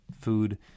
food